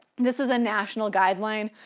this is a national guideline.